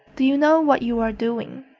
do you know what you are doing?